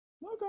no